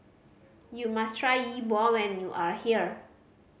you must try Yi Bua when you are here